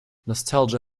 nostalgia